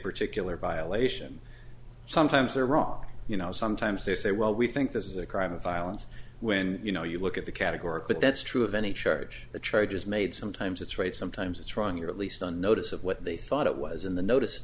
particular violation sometimes they're wrong you know sometimes they say well we think this is a crime of violence when you know you look at the categoric but that's true of any charge the charges made sometimes it's right sometimes it's wrong you're at least on notice of what they thought it was in the notice